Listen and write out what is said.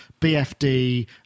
BFD